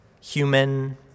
human